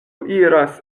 iras